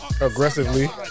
Aggressively